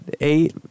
eight